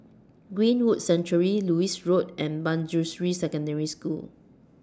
Greenwood Sanctuary Lewis Road and Manjusri Secondary School